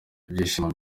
ibishyimbo